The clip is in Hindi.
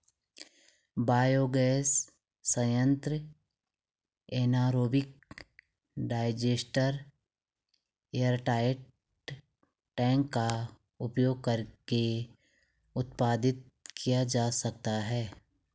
बायोगैस संयंत्र एनारोबिक डाइजेस्टर एयरटाइट टैंक का उपयोग करके उत्पादित किया जा सकता है